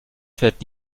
fährt